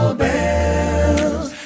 bells